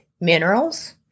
minerals